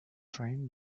train